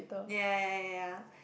ya ya ya